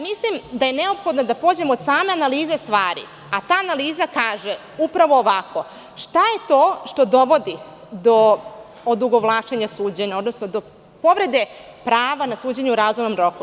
Mislim da je neophodno da pođemo od same analize stvari, a ta analiza kaže, upravo ovako, šta je to što dovodi do odugovlačenja suđenja, odnosno povrede prava na suđenje u razumnom roku.